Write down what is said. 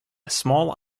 small